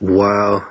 wow